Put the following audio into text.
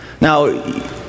now